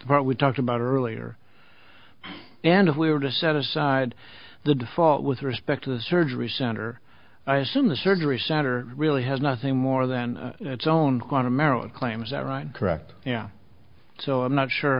part we talked about earlier and if we were to set aside the default with respect to the surgery center i assume the surgery center really has nothing more than its own quantum arrow claims that right correct yeah so i'm not sure